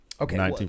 Okay